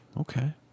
Okay